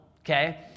okay